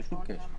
בלי שום קשר,